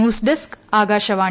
news desk Akashvani